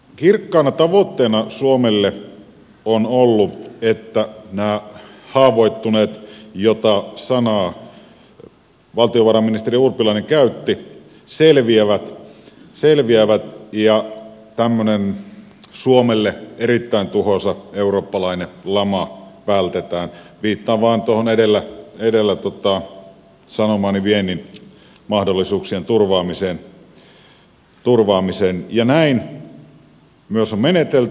kirkkaana tavoitteena suomelle on ollut että nämä haavoittuneet jota sanaa valtiovarainministeri urpilainen käytti selviävät ja tällainen suomelle erittäin tuhoisa eurooppalainen lama vältetään viittaan vaan tuohon edellä sanomaani viennin mahdollisuuksien turvaamiseen ja näin myös on menetelty